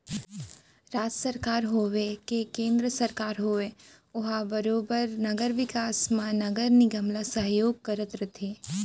राज सरकार होवय के केन्द्र सरकार होवय ओहर बरोबर नगर बिकास म नगर निगम ल सहयोग करत रथे